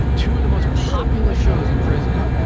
two of the most popular shows in prison,